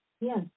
Yes